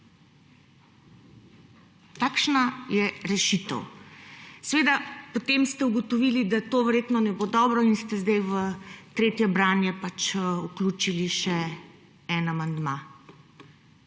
Takšna je rešitev. Potem ste ugotovili, da to verjetno ne bo dobro in ste zdaj v tretje branje vključili še en amandma.